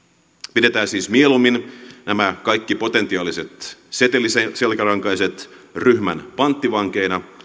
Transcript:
pidetään siis mieluummin nämä kaikki potentiaaliset seteliselkärankaiset ryhmän panttivankeina